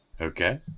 Okay